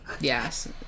yes